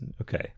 Okay